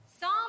Psalm